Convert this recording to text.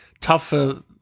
tougher